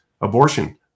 abortion